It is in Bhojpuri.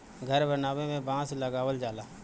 घर बनावे में बांस लगावल जाला